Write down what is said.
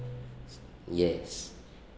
yes